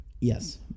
Yes